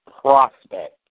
prospect